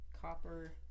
Copper